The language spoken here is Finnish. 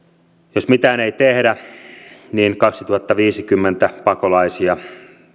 jos mitään ei tehdä niin vuonna kaksituhattaviisikymmentä pakolaisia